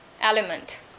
element